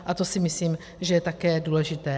A to si myslím, že je také důležité.